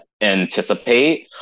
anticipate